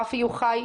רפי יוחאי,